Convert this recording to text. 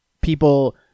people